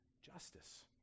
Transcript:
Justice